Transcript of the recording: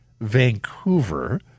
Vancouver